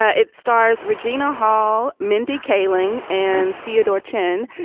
ah it stars regina hall mindy kaling and feodor chin.